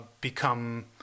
become